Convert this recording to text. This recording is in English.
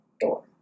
door